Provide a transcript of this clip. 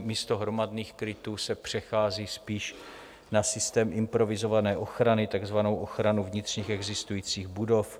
Místo hromadných krytů se přechází spíš na systém improvizované ochrany, takzvanou ochranu vnitřních existujících budov.